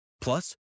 Plus